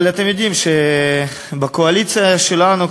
אבל אתם יודעים שבקואליציה שלנו,